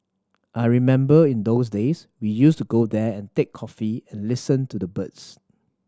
I remember in those days we used to go there and take coffee and listen to the birds